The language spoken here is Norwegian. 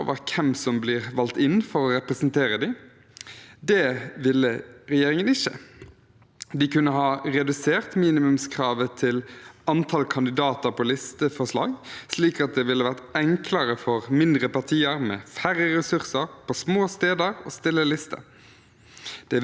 antallet kandidater på listeforslag, slik at det ville ha vært enklere for mindre partier med færre ressurser og på små steder å stille liste. Det ville de heller ikke gjøre. Valglovutvalget mente at dagens ordning var for streng, men en slik justering ville altså ikke regjeringen gjøre.